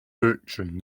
fiction